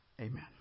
Amen